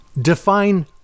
define